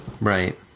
Right